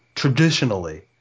traditionally